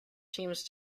teams